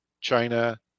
China